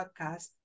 podcast